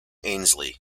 ainslie